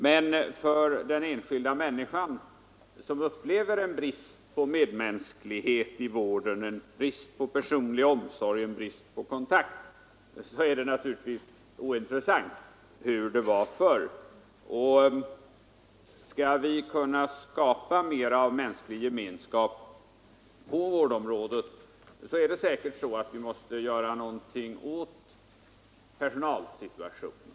Men för den enskilda människan, som upplever en brist på medmänsklighet i vården och saknar en personlig omsorg och kontakt, är det naturligtvis ointressant hur det var förr. Och skall vi kunna skapa mera av mänsklig gemenskap på vårdområdet, måste vi säkert göra någonting åt personalsituationen.